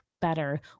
better